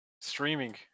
streaming